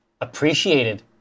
Appreciated